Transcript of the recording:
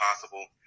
possible